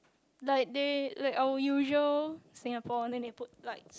like they like our usual Singapore then they put like